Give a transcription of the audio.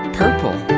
purple